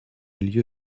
lieu